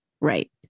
Right